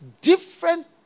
Different